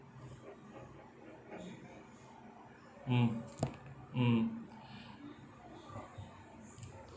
mm mm